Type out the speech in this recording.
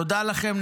תודה לכם,